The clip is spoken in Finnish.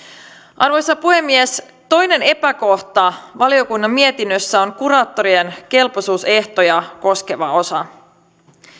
arvoisa puhemies toinen epäkohta valiokunnan mietinnössä on kuraattorien kelpoisuusehtoja koskeva osa